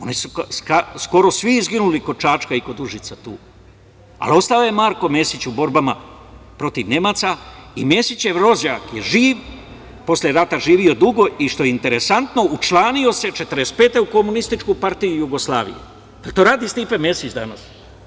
Oni su skoro svi izginuli kod Čačka i kod Užica, ali ostao je Marko Mesić u borbama protiv Nemaca i Mesićev rođak je živ, posle rata je živeo dugo, i što je interesantno učlanio se 1945. u KPJ, da li to radi Stipe Mesić danas?